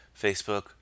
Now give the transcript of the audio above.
Facebook